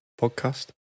Podcast